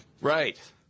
Right